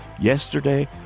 Yesterday